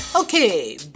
Okay